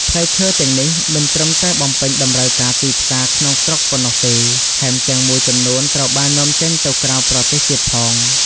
ផ្លែឈើទាំងនេះមិនត្រឹមតែបំពេញតម្រូវការទីផ្សារក្នុងស្រុកប៉ុណ្ណោះទេ ថែមទាំងមួយចំនួនត្រូវបាននាំចេញទៅក្រៅប្រទេសទៀតផង។